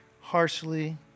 harshly